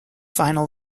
final